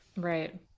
Right